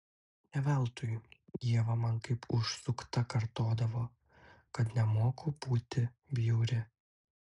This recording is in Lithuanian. ne veltui ieva man kaip užsukta kartodavo kad nemoku būti bjauri